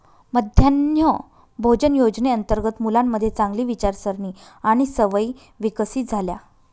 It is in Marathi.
मध्यान्ह भोजन योजनेअंतर्गत मुलांमध्ये चांगली विचारसारणी आणि सवयी विकसित झाल्या